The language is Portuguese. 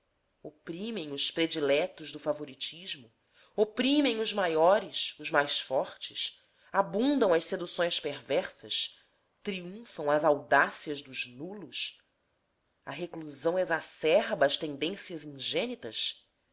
oprimem os prediletos do favoritismo oprimem os maiores os mais fortes abundam as seduções perversas triunfam as audácias dos nulos a reclusão exacerba as tendências ingênitas